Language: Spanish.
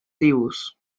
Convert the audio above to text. tribus